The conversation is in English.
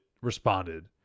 responded